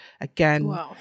Again